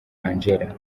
angela